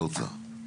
באומר.